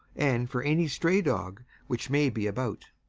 and for any stray dog which may be about.